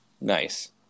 Nice